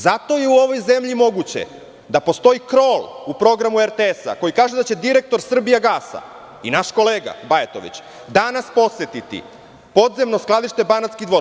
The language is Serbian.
Zato je u ovoj zemlji moguće da postoji krol u programu RTS koji kaže da će direktor "Srbijagasa" i naš kolega Bajatović danas posetiti podzemno skladište Banatski Dvor.